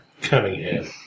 Cunningham